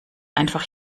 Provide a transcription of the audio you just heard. einfach